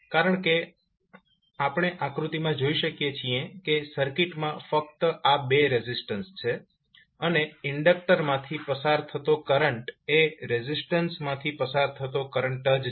કારણ કે આપણે આકૃતિમાં જોઈ શકીએ છીએ કે સર્કિટમાં ફક્ત આ બે રેઝિસ્ટન્સ છે અને ઇન્ડકટર માંથી પસાર થતો કરંટ એ રેઝિસ્ટન્સ માંથી પસાર થતો કરંટ જ છે